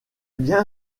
bien